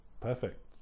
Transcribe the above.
perfect